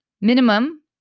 minimum